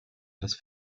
des